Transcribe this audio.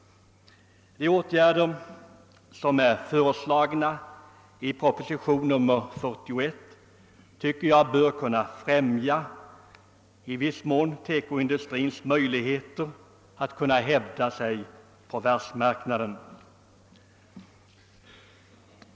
De åtgärder som föreslås i proposition nr 41 bör kunna främja TEKO industrins möjligheter att hävda sig på världsmarknaden.